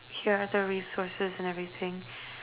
you have the resources and everything